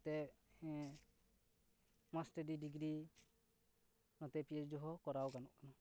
ᱛᱮ ᱢᱟᱥᱴᱟᱨᱤ ᱰᱤᱜᱨᱤ ᱱᱚᱛᱮ ᱯᱤ ᱮᱪ ᱰᱤ ᱦᱚᱸ ᱠᱚᱨᱟᱣ ᱜᱟᱱᱚᱜ ᱠᱟᱱᱟ